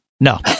No